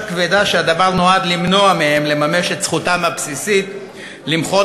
כבדה שהדבר נועד למנוע מהם לממש את זכותם הבסיסית למחות